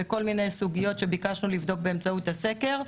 וכל מיני סוגיות שביקשנו לבדוק באמצעות הסקר.